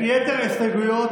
יתר ההסתייגויות,